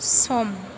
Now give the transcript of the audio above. सम